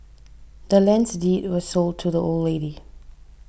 the land's deed was sold to the old lady